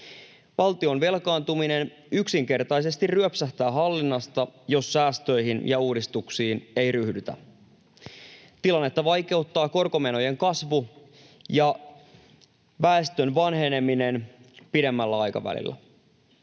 Valtion velkaantuminen yksinkertaisesti ryöpsähtää hallinnasta, jos säästöihin ja uudistuksiin ei ryhdytä. Tilannetta vaikeuttavat korkomenojen kasvu ja väestön vanheneminen pidemmällä aikavälillä.